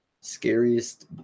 Scariest